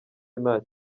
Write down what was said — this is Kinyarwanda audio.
nta